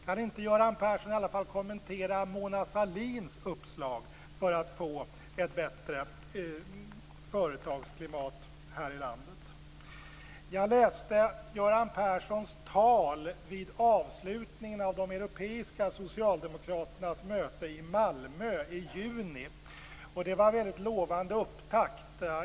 Kan inte Göran Persson i alla fall kommentera Mona Sahlins uppslag för att få ett bättre företagsklimat här i landet? Jag läste Göran Perssons tal vid avslutningen av de europeiska socialdemokraternas möte i Malmö i juni. Det var väldigt lovande upptakt.